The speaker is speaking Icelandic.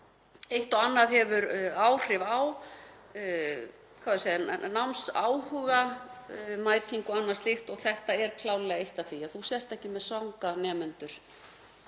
eitt og annað hefur áhrif á námsáhuga, mætingu og annað slíkt. Og þetta er klárlega eitt af því, að þú sért ekki með svanga nemendur